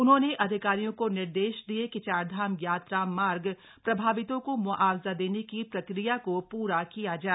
उन्होंने अधिकारियों को निर्देश दिए कि चारधाम यात्रा मार्ग प्रभावितों को म्आवजा देने की प्रक्रिया को पूरा किया जाए